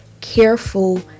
careful